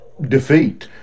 defeat